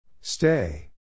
Stay